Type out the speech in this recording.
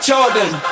Jordan